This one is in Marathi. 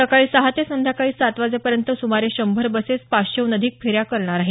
सकाळी सहा ते संध्याकाळी सात वाजेपर्यंत सुमारे शंभर बसेस पाचशेहन अधिक फेऱ्या करणार आहेत